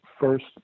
first